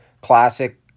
classic